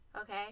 Okay